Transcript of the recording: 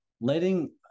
letting